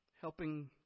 helping